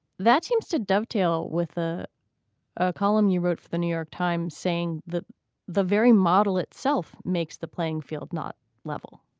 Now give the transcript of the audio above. that seems to dovetail with a a column you wrote for the new york times saying that the very model itself makes the playing field not level